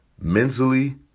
mentally